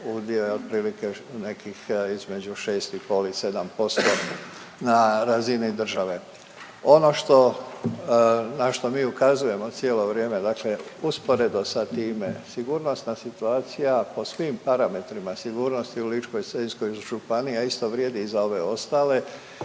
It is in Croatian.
udio je otprilike nekih između 6,5 i 7% na razini države. Ono što, na što mi ukazujemo cijelo vrijeme, dakle usporedo sa time sigurnosna situacija po svim parametrima sigurnosti u Ličko-senjskoj županiji, a isto vrijedi i za ove ostale